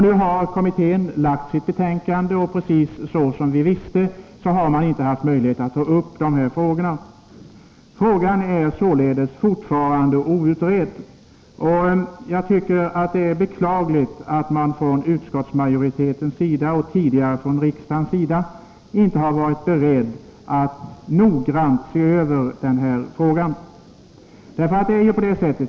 Nu har kommittén lagt fram sitt betänkande, och precis som vi visste har man inte haft möjlighet att ta upp de här frågorna. Frågan är således fortfarande outredd, och jag tycker att det är beklagligt att man från utskottsmajoritetens sida, och tidigare från riksdagens sida, inte har varit beredd att noggrant se över den här frågan.